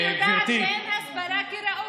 אני יודעת שאין הסברה כראוי.